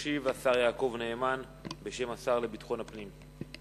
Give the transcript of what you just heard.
ישיב השר יעקב נאמן בשם השר לביטחון הפנים.